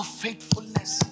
faithfulness।